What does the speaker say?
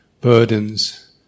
burdens